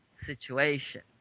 situation